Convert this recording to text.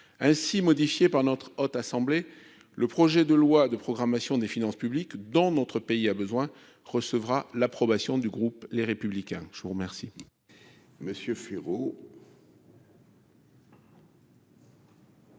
ainsi modifié par notre Haute assemblée le projet de loi de programmation des finances publiques dans notre pays a besoin recevra l'approbation du groupe, les républicains, je vous remercie.